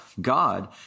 God